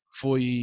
foi